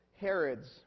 Herod's